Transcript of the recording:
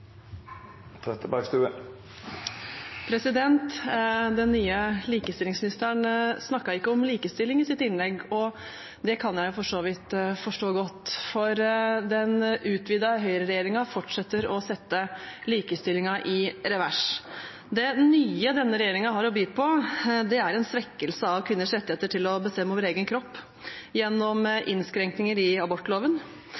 så vidt godt forstå, for den utvidede høyreregjeringen fortsetter å sette likestillingen i revers. Det nye denne regjeringen har å by på, er en svekkelse av kvinners rettigheter til å bestemme over egen kropp